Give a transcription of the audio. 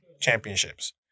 championships